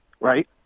Right